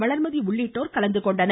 வளர்மதி உள்ளிட்டோர் கலந்துகொண்டனர்